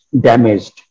damaged